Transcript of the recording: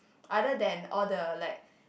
other than all the like